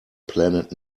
planet